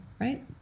right